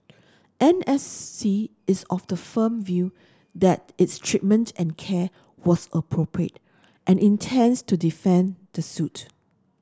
N S C is of the firm view that its treatment and care was appropriate and intends to defend the suit